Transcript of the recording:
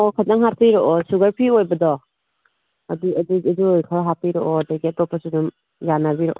ꯑꯣ ꯈꯩꯇꯪ ꯍꯥꯄꯤꯔꯛꯑꯣ ꯁꯨꯒꯔ ꯐ꯭ꯔꯤ ꯑꯣꯏꯕꯗꯣ ꯑꯗꯨ ꯈꯔ ꯍꯥꯄꯤꯔꯛꯑꯣ ꯑꯗꯒꯤ ꯑꯇꯣꯞꯄꯁꯨ ꯑꯗꯨꯝ ꯌꯥꯟꯅꯕꯤꯔꯛꯑꯣ